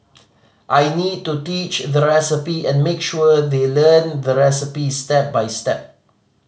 I need to teach the recipe and make sure they learn the recipes step by step